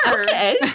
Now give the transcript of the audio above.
Okay